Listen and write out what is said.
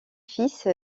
fils